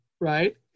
right